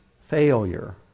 failure